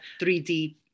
3D